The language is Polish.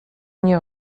nie